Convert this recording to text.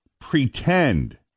pretend